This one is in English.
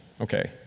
okay